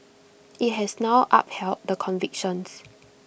IT has now upheld the convictions